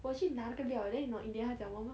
我去拿那个料 leh then 你懂 in the end 他讲什么嘛